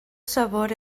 sabor